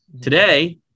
today